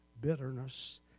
bitterness